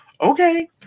Okay